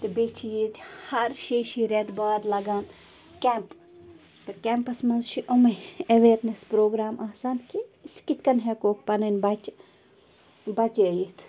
تہٕ بیٚیہِ چھِ ییٚتہِ ہَر شیٚیہِ شیٚیہِ رٮ۪تہٕ بعد لَگان کٮ۪مپ تہٕ کٮ۪مپَس منٛز چھِ یِمہٕ اٮ۪وِیَرنٮ۪س پرٛوگرام آسان کہِ أسی کِتھ کَن ہٮ۪کوکھ پنٕنۍ بَچہِ بچٲیِتھ